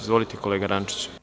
Izvolite kolega Rančiću.